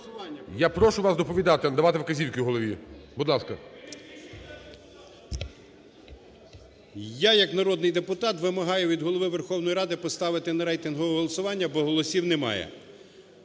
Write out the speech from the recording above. Я прошу вас доповідати, а не давати вказівки Голові. Будь ласка. 11:49:52 ШУРМА І.М. Я як народний депутат вимагаю від Голови Верховної Ради поставити на рейтингове голосування, бо голосів немає.